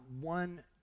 one